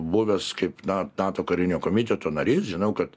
buvęs kaip na nato karinio komiteto narys žinau kad